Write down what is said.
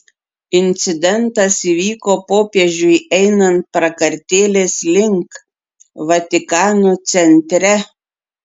incidentas įvyko popiežiui einant prakartėlės link vatikano centre